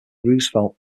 roosevelt